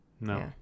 no